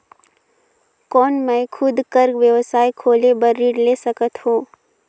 कौन मैं खुद कर व्यवसाय खोले बर ऋण ले सकत हो?